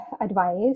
advice